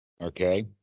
Okay